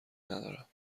ندارم